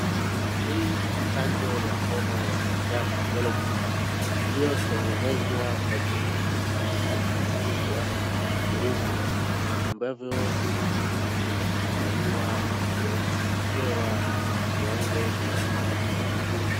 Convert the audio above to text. Hii ni chanjo ya homa ya manjano, yellow fever , iliyotengenezwa kwa virusi vilivyopunguzwa nguvu, ambavyo vimeandaliwa na kuekewa viwango vya hudumu.